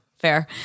Fair